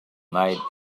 made